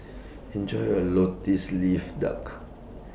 Enjoy your Lotus Leaf Duck